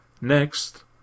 Next